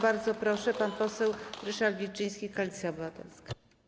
Bardzo proszę, pan poseł Ryszard Wilczyński, Koalicja Obywatelska.